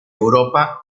europa